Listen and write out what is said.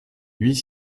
huit